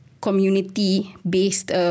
community-based